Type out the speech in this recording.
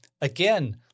again –